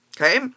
Okay